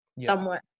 somewhat